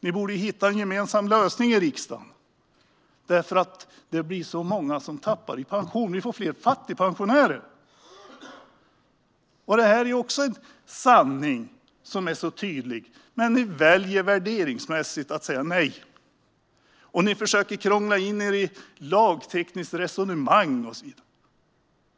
vi borde hitta en gemensam lösning i riksdagen, eftersom det blir så många som tappar i pension. Vi får fler fattigpensionärer. Detta är också en sanning som är så tydlig. Men ni väljer värderingsmässigt att säga nej, och ni försöker krångla in er i ett lagtekniskt resonemang och så vidare.